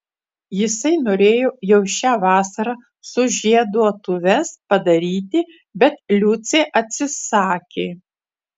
jisai norėjo jau šią vasarą sužieduotuves padaryti bet liucė atsisakė